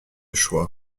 choix